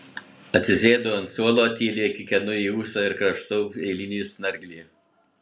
atsisėdu ant suolo tyliai kikenu į ūsą ir krapštau eilinį snarglį